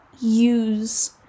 use